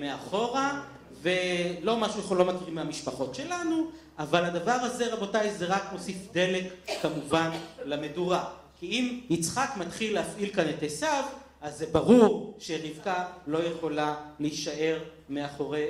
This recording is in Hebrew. מאחורה, ולא משהו שלא מכירים מהמשפחות שלנו, אבל הדבר הזה, רבותיי, זה רק מוסיף דלק, כמובן, למדורה. כי אם יצחק מתחיל להפעיל כאן את עשיו, אז זה ברור שרבקה לא יכולה להישאר מאחורי...